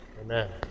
amen